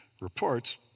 reports